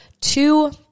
two